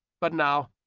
but now,